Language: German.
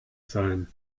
sein